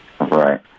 Right